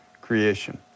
creation